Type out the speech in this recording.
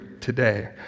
today